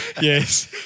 Yes